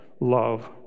love